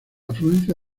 afluencia